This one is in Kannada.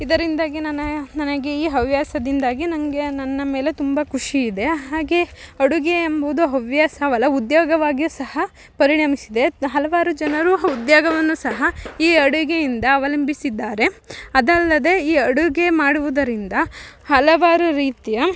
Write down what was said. ಇದರಿಂದಾಗಿ ನನ್ನ ನನಗೆ ಈ ಹವ್ಯಾಸದಿಂದಾಗಿ ನಂಗೆ ನನ್ನ ಮೇಲೆ ತುಂಬ ಖುಷಿ ಇದೆ ಹಾಗೆ ಅಡುಗೆ ಎಂಬುದು ಹವ್ಯಾಸವಲ್ಲ ಉದೋಗ್ಯವಾಗಿಯು ಸಹ ಪರಿಣಮಿಸಿದೆ ಹಲವಾರು ಜನರು ಉದೋಗ್ಯವನ್ನು ಸಹ ಈ ಅಡುಗೆಯಿಂದ ಅವಲಂಭಿಸಿದ್ದಾರೆ ಅದಲ್ಲದೆ ಈ ಅಡುಗೆ ಮಾಡುವುದರಿಂದ ಹಲವಾರು ರೀತಿಯ